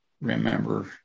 remember